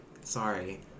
sorry